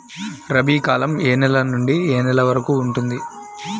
రబీ కాలం ఏ నెల నుండి ఏ నెల వరకు ఉంటుంది?